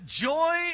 joy